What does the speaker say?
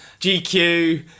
GQ